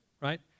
right